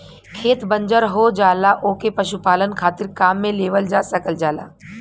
खेत बंजर हो जाला ओके पशुपालन खातिर काम में लेवल जा सकल जाला